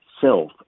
self